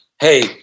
hey